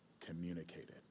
communicated